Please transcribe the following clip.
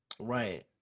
Right